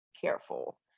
careful